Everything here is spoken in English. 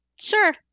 Sure